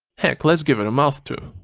heck, let's give it a mouth too.